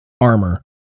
armor